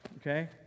okay